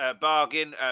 bargain